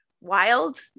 wild